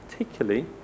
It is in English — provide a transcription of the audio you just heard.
Particularly